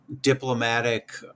diplomatic